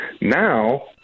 Now